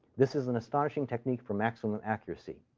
this is an astonishing technique for maximum accuracy.